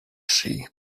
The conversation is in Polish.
szyi